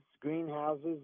greenhouses